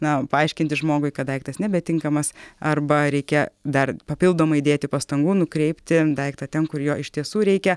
na paaiškinti žmogui kad daiktas nebetinkamas arba reikia dar papildomai dėti pastangų nukreipti daiktą ten kur jo iš tiesų reikia